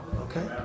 Okay